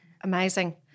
Amazing